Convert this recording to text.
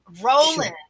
rolling